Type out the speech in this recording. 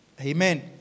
Amen